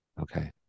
Okay